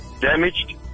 damaged